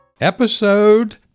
Episode